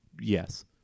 Yes